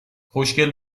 خوشگل